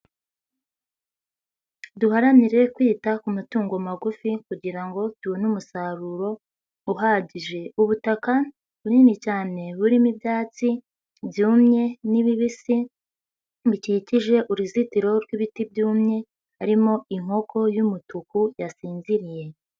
Duharanire kwita ku matungo magufi kugira ngo tubone umusaruro uhagije, ubutaka bunini cyane burimo ibyatsi byumye n'ibibisi, bikikije uruzitiro rw'ibiti byumye harimo inkoko y'umutuku yasinziriye.